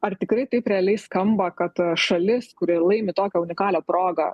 ar tikrai taip realiai skamba kad šalis kuri laimi tokią unikalią progą